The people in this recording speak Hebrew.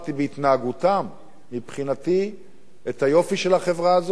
בהתנהגותם מבחינתי את היופי של החברה הזאת,